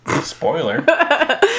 Spoiler